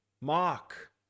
mark